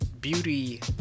beauty